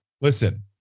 listen